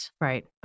Right